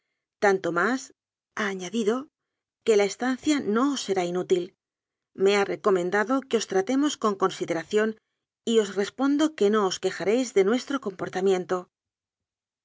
tanto másha añadidoque la estancia no os será inútil me ha recomendado que os tra temos con consideración y os respondo de que no os quejaréis de nuestro comportamiento